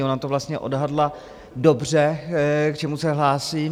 Ona to vlastně odhadla dobře, k čemu se hlásím.